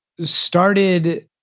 started